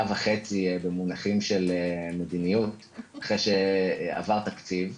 וחצי במונחים של מדיניות אחרי שעבר תקציב.